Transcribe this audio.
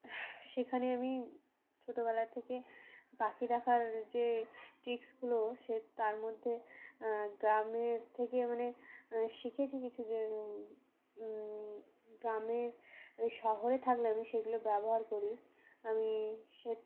সেখানে আমি ছোটোবেলা থেকে পাখি দেখার যে ট্রিক্সগুলো সে তার মধ্যে গ্রামের থেকে মানে শিখেছি কিছু যে গ্রামের শহরে থাকলে আমি সেগুলো ব্যবহার করি আমি সে